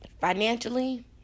financially